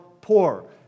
poor